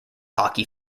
hockey